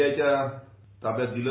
I च्या ताब्यात दिलं